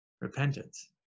repentance